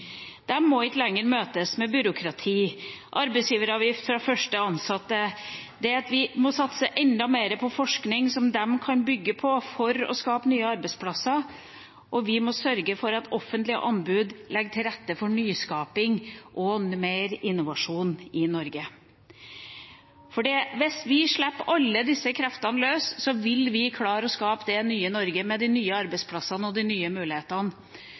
dem som innoverer og skaper nye arbeidsplasser – om det er en klesbutikk eller om det er et rørleggerfirma, eller om det er en høyteknologibedrift eller noe som kanskje kan bli stor norsk industri. De må ikke lenger møtes med byråkrati og arbeidsgiveravgift fra første ansatte. Vi må satse enda mer på forskning som de kan bygge på for å skape nye arbeidsplasser, og vi må sørge for at offentlige anbud legger til rette for nyskaping og mer innovasjon i Norge. Hvis vi